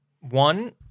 one